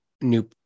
new